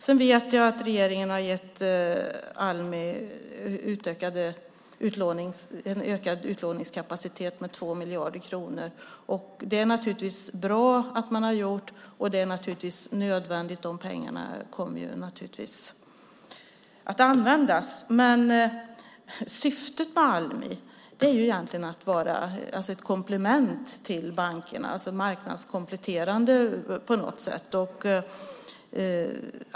Jag vet att regeringen har gett Almi ökad utlåningskapacitet med 2 miljarder kronor. Det är bra och nödvändigt. De pengarna kommer naturligtvis att användas. Syftet med Almi är dock att vara ett komplement till bankerna, att vara marknadskompletterande.